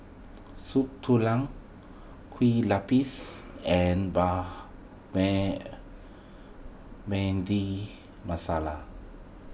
Soup Tulang Kue Lupis and Masala